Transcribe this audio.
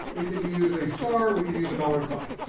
we could use a star, we could use a dollar sign.